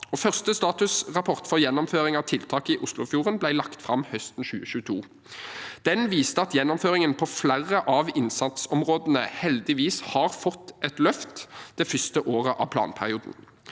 Første statusrapport for gjennomføring av tiltak i Oslofjorden ble lagt fram høsten 2022. Den viste at gjennomføringen på flere av innsatsområdene heldigvis har fått et løft det første året av planperioden.